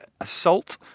assault